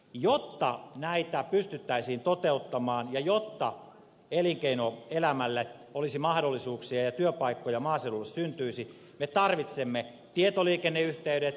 jotta näitä pystyttäisiin toteuttamaan ja jotta elinkeinoelämällä olisi mahdollisuuksia ja työpaikkoja maaseudulle syntyisi me tarvitsemme tietoliikenneyhteydet